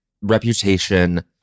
reputation